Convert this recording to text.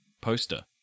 poster